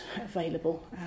available